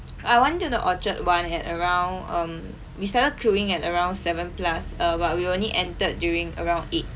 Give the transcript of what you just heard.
I went to the orchard [one] at around um we started queuing at around seven plus uh but we only entered during around eight